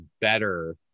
better